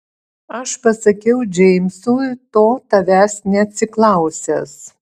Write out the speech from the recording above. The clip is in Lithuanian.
aš pasakiau džeimsui to tavęs neatsiklausęs